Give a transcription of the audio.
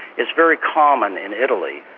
is very common in italy,